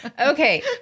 Okay